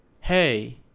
hey